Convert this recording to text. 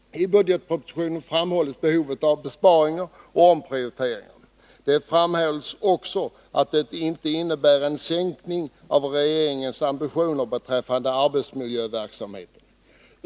I budgetpropositionen framhålls behovet av besparingar och omprioriteringar. Det framhålls också att det inte innebär en sänkning av regeringens ambitioner beträffande arbetsmiljöverksamheten.